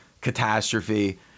catastrophe